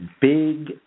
big